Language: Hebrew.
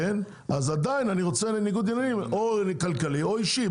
אז עדיין אני רוצה לניגוד עניינים או כלכלי או אישי,